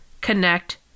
connect